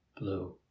blue